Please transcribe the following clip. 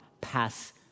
pass